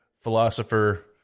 philosopher